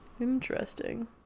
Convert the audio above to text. Interesting